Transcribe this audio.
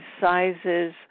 sizes